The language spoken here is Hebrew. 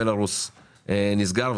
בלארוס נסגר,